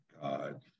God